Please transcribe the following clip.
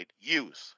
use